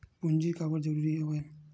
पूंजी काबर जरूरी हवय?